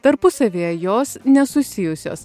tarpusavyje jos nesusijusios